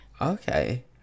Okay